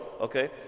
okay